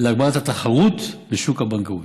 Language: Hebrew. להגברת התחרות בשוק הבנקאות,